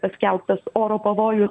paskelbtas oro pavojus